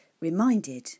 reminded